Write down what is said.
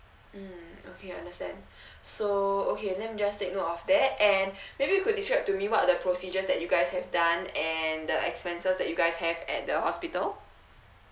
mm okay understand so okay let me just take note of that and maybe you could describe to me what are the procedures that you guys have done and the expenses that you guys have at the hospital